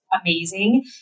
amazing